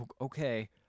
okay